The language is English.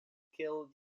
kill